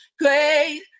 great